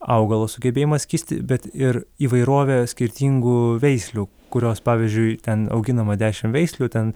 augalo sugebėjimą skystį bet ir įvairovė skirtingų veislių kurios pavyzdžiui ten auginama dešimveislių ten